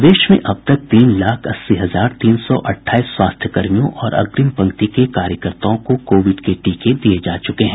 प्रदेश में अब तक तीन लाख अस्सी हजार तीन सौ अटठाईस स्वास्थ्यकर्मियों और अग्रिम पंक्ति के कार्यकर्ताओं को कोविड के टीके दिये जा चुके हैं